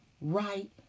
right